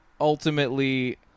ultimately